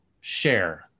share